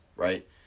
Right